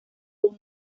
uno